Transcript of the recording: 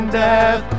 death